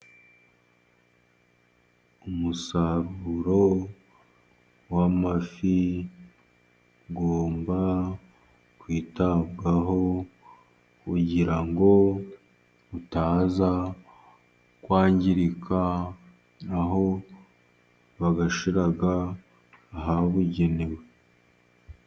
Umusaburo w'amafi ugomba kwitabwaho kugira ngo utaza kwangirika, aho bayashira ahabugenewe.